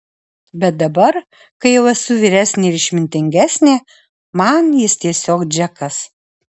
bet dabar kai jau esu vyresnė ir išmintingesnė man jis tiesiog džekas